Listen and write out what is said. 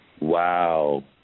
Wow